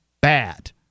bad